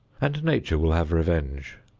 and nature will have revenge.